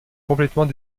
complètement